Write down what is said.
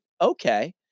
okay